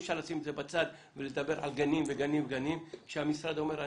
אי-אפשר לשים את זה בצד ולדבר על גנים וגנים כשהמשרד אומר,